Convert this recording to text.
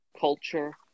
culture